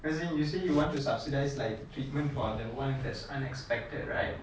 as in you say you want to subsidise like treatment for the one that's unexpected right